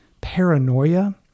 paranoia